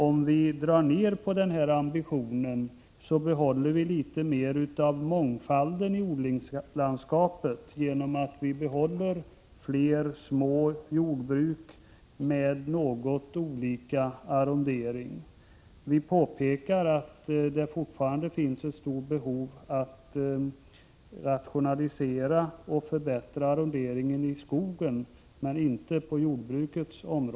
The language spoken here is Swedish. Om vi drar ned på den här ambitionen och behåller fler små jordbruk med olika arrondering så behåller vi därmed också litet mer av mångfalden i odlingslandskapet. Vi påpekar att